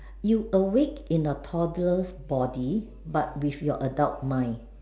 you awake in a toddler's body but with your adult mind